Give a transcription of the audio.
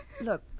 Look